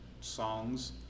songs